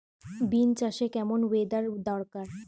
Beans চাষে কেমন weather দরকার?